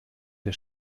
der